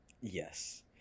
Yes